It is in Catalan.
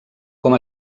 com